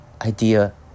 idea